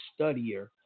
studier